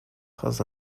has